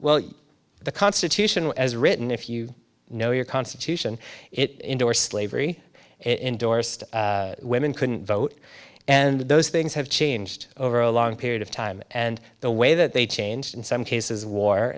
well the constitution as written if you know your constitution it indoor slavery it indorsed women couldn't vote and those things have changed over a long period of time and the way that they changed in some cases war